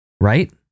Right